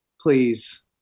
Please